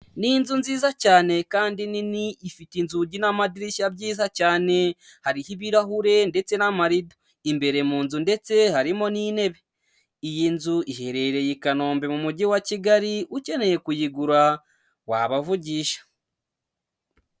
Ni inzu nziza cyane kandi nini ifite inzugi n'amadirishya byiza cyane, hariho ibirahure ndetse n'amarido, imbere mu nzu ndetse harimo n'intebe, iyi nzu iherereye i Kanombe mu mujyi wa Kigali ukeneye kuyigura wabavugisha.